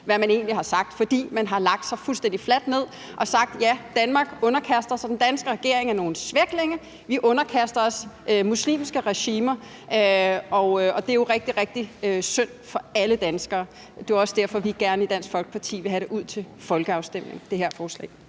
det, man egentlig har sagt, ud, fordi man har lagt sig fuldstændig fladt ned og sagt: Ja, Danmark underkaster sig; den danske regering er nogle svæklinge, og vi underkaster os muslimske regimer. Det er jo rigtig, rigtig synd for alle danskere, og det er også derfor, vi i Dansk Folkeparti gerne vil have det her forslag